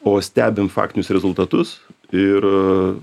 o stebim faktinius rezultatus ir